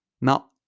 Now